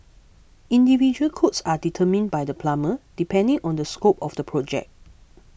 individual quotes are determined by the plumber depending on the scope of the project